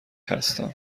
هستم